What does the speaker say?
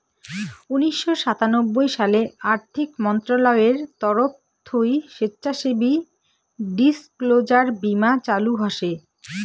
উনিশশো সাতানব্বই সালে আর্থিক মন্ত্রণালয়ের তরফ থুই স্বেচ্ছাসেবী ডিসক্লোজার বীমা চালু হসে